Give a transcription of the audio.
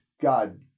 God